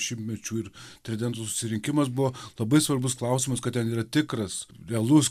šimtmečių ir tridento susirinkimas buvo labai svarbus klausimas kad ten yra tikras realus